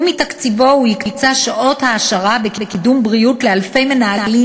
והוא הקצה מתקציבו שעות העשרה בקידום בריאות לאלפי מנהלים,